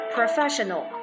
Professional